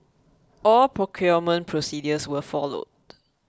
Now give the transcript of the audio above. all procurement procedures were followed